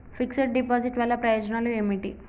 Fix డ్ deposit వల్ల ప్రయోజనాలు ఏమిటి?